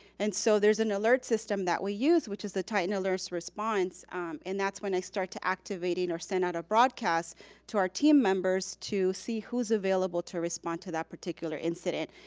and so there's an alert system that we use which is the titan alert response and that's when i start to activating or send out a broadcast to our team members to see who's available to respond to that particular incident.